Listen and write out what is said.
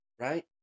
right